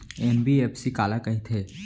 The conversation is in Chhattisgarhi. एन.बी.एफ.सी काला कहिथे?